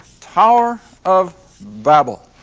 tower of babel.